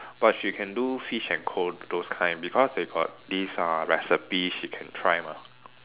but she can do fish and co those kind because they got these uh recipes she can try mah